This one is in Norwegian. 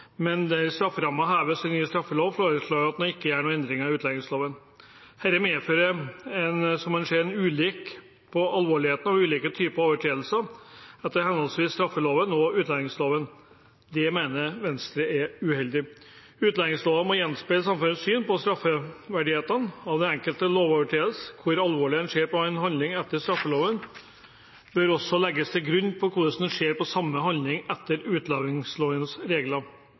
der strafferammen heves i ny straffelov, foreslår man ikke noen endring i utlendingsloven. Det medfører at en ser ulikt på alvorligheten av ulike typer overtredelser etter henholdsvis straffeloven og utlendingsloven. Det mener Venstre er uheldig. Utlendingsloven må gjenspeile samfunnets syn på straffverdigheten av den enkelte lovovertredelse. Hvor alvorlig en ser på en handling etter straffeloven, bør også legges til grunn for hvordan en ser på samme handling etter utlendingslovens regler.